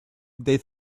they